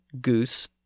goose